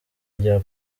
rya